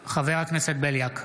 בליאק,